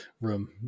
room